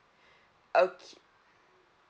okay